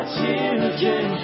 children